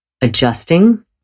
adjusting